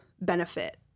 benefit